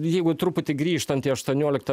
jeigu truputį grįžtant į aštuonioliktą